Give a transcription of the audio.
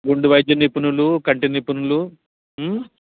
గుండె వైద్య నిపుణులు కంటి నిపుణులు